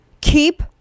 keep